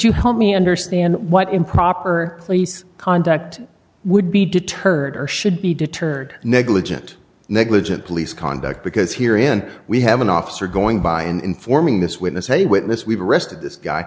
you help me understand what improper cleese conduct would be deterred or should be deterred negligent negligent police conduct because here in we have an officer going by and informing this witness a witness we've arrested this guy